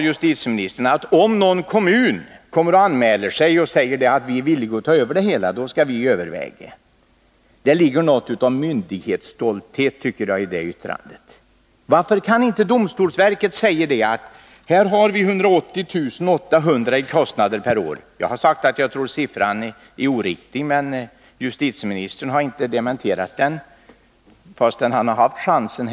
Justitieministern sade att om någon kommun anmäler sig och förklarar sig villig att ta över ett statligt tingshus, skall berörda myndigheter överväga det. Det ligger något av myndighetsstolthet i det yttrandet, tycker jag. Varför kan inte domstolsverket i det här fallet säga att dess kostnader för tingsstället i Årjäng uppgår till 180 800 kr. per år? Jag har sagt att jag tror att siffran är oriktig, men justitieministern har inte dementerat den, trots att han här har haft chansen.